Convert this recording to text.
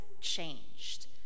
changed